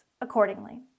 accordingly